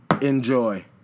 Enjoy